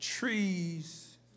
Trees